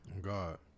God